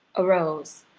arose,